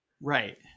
Right